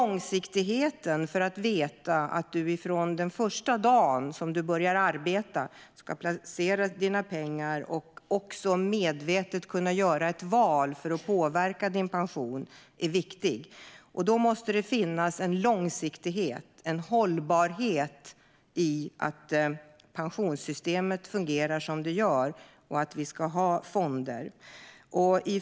Långsiktigheten handlar om att veta att man från den första dag man arbetar ska kunna placera sina pengar och medvetet kunna göra ett val för att påverka sin pension. Detta är viktigt. Då måste det finnas en långsiktighet och en hållbarhet i att pensionssystemet fungerar som det gör och att vi ska ha fonder.